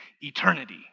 eternity